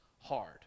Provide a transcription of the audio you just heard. hard